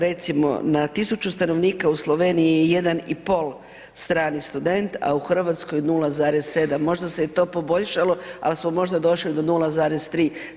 Recimo na 1000 stanovnika u Sloveniji je 1,5 strani student a u Hrvatskoj 0,7, možda se i to poboljšalo ali smo možda došli do 0,3.